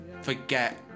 forget